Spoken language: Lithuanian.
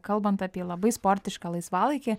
kalbant apie labai sportišką laisvalaikį